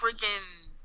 freaking